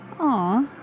Aw